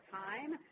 time